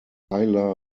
kayla